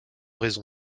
raison